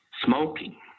smoking